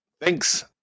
thanks